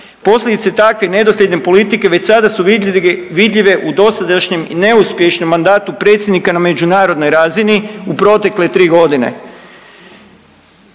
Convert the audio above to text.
Posljedice takve nedosljedne politike već sada su vidljive u dosadašnjem i neuspješnom mandatu predsjednika na međunarodnoj razini u protekle tri godine.